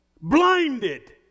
blinded